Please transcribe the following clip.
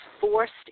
forced